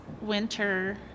winter